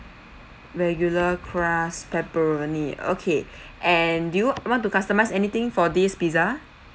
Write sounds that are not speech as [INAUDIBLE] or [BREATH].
regular crust pepperoni okay [BREATH] and do you want to customise anything for this pizza